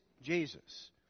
Jesus